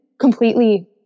completely